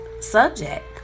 subject